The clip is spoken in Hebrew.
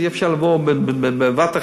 אי-אפשר לבוא בבת אחת,